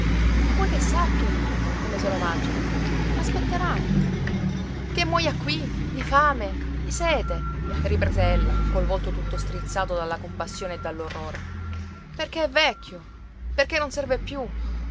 che vuoi che sappia io come se lo mangiano aspetteranno che muoja qui di fame di sete riprese ella col volto tutto strizzato dalla compassione e dall'orrore perché è vecchio perché non serve più